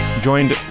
joined